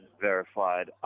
verified